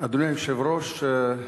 אדוני היושב-ראש,